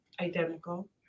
identical